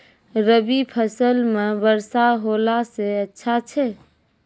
रवी फसल म वर्षा होला से अच्छा छै?